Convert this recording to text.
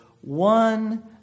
one